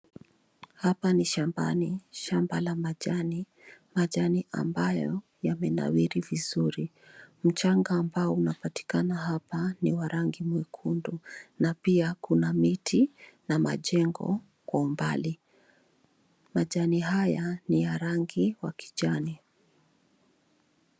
Hapa ni shambani. Shamba la majani. Majani ambayo yamenawiri vizuri. Mchanga ambao unapatikana hapa ni wa rangi mwekundu na pia kuna miti na majengo kwa umbali. Majani haya ni ya rangi wa kijani.